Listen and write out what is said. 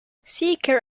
seeker